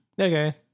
Okay